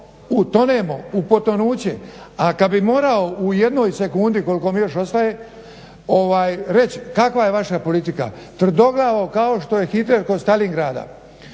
u tonemo u potonuće a kada bi morao u jednoj sekundi koliko mi još ostaje reći kakva je vaša politika, tvrdoglava kao što je Hitler kod Staljingrada.